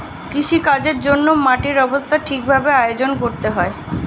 কৃষিকাজের জন্যে মাটির অবস্থা ঠিক ভাবে আয়োজন করতে হয়